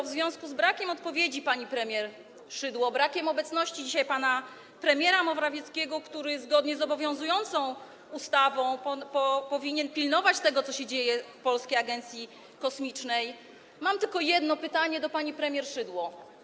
W związku z brakiem odpowiedzi pani premier Szydło oraz brakiem obecności dzisiaj pana premiera Morawieckiego, który zgodnie z obowiązującą ustawą powinien pilnować tego, co dzieje się w Polskiej Agencji Kosmicznej, mam tylko jedno pytanie do pani premier Szydło.